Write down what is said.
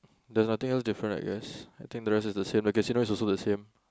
there's nothing else different I guess I think the rest is the same the casino is also the same